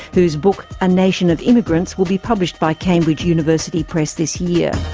whose book a nation of immigrants will be published by cambridge university press this year.